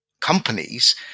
companies